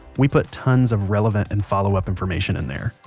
we put tons of relevant and follow up information in there.